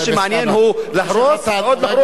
מה שמעניין הוא להרוס עוד,